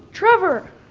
trevor!